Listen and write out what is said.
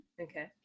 Okay